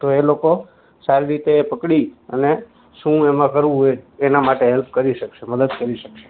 તો એ લોકો સારી રીતે પકડી અને શું એમાં કરવું એ એના માટે હેલ્પ કરી શકશે મદદ કરી શકશે